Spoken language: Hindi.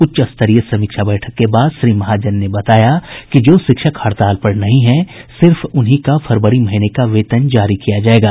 उच्च स्तरीय समीक्षा बैठक के बाद श्री महाजन ने बताया कि जो शिक्षक हड़ताल पर नहीं हैं सिर्फ उन्हीं का फरवरी महीने का वेतन जारी किया जायेगा